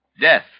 death